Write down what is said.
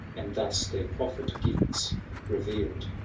and thus their proffered gifts reveal'd.